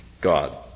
God